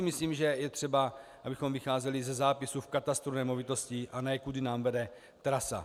Myslím si, že je třeba, abychom vycházeli ze zápisu v katastru nemovitostí, a ne kudy nám vede trasa.